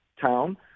town